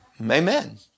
Amen